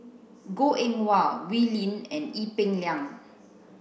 Goh Eng Wah Wee Lin and Ee Peng Liang